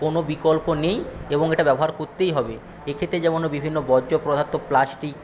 কোনো বিকল্প নেই এবং এটা ব্যবহার করতেই হবে এক্ষেত্রে যেমন বিভিন্ন বর্জ্য পদার্থ প্লাস্টিক